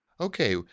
Okay